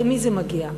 למי זה מגיע?